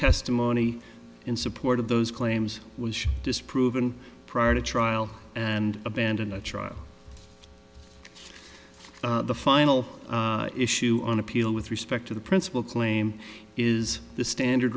testimony in support of those claims was disproven prior to trial and abandon a trial the final issue on appeal with respect to the principal claim is the standard